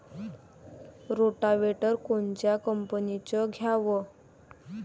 Rotavator कोनच्या कंपनीचं घ्यावं?